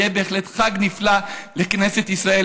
יהיה בהחלט חג נפלא לכנסת ישראל,